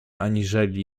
aniżeli